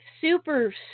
super